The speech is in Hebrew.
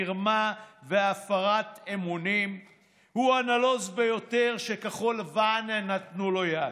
מרמה והפרת אמונים הוא הדבר הנלוז ביותר שכחול לבן נתנו לו יד.